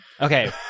Okay